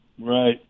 Right